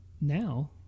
Now